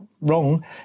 wrong